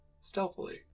stealthily